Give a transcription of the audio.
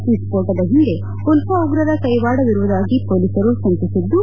ಈ ಸ್ಪೋಟದ ಹಿಂದೆ ಉಲ್ಪಾ ಉಗ್ರರ ಕೈವಾಡವಿರುವುದಾಗಿ ಪೊಲೀಸರು ಶಂಕಿಸಿದ್ದು